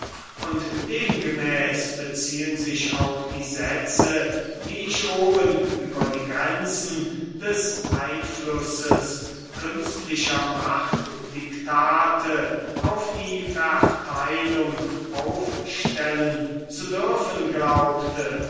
und demgemäß beziehen sich auch die sätze die ich oben über die grenzen des einflusses künstlicher machtdiktate auf die verteilung aufstellen zu dürfen glaubte